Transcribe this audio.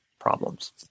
problems